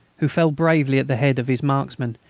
who fell bravely at the head of his marksmen,